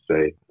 say